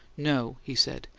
no, he said,